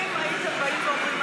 אם הייתם באים ואומרים,